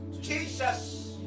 Jesus